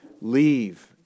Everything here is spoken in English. leave